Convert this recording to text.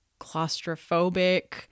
claustrophobic